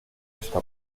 esta